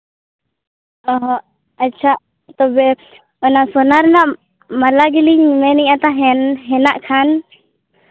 ᱚᱸᱻ ᱟᱪᱪᱷᱟ ᱛᱚᱵᱮ ᱚᱱᱟ ᱥᱳᱱᱟ ᱨᱮᱱᱟᱜ ᱢᱟᱞᱟ ᱜᱮᱞᱤᱧ ᱢᱮᱱ ᱮᱫᱼᱟ ᱛᱟᱦᱮᱱ ᱦᱮᱱᱟᱜ ᱠᱷᱟᱱ